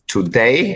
Today